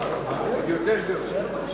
יותר גרוע.